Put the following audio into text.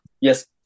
Yes